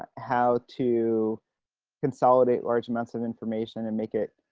how to consolidate large amounts of information and make it